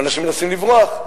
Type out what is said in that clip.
ואנשים מנסים לברוח,